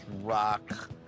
rock